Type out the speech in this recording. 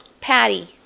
Patty